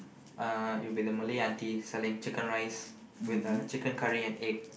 uh it will be the Malay auntie selling chicken-rice with uh chicken curry and egg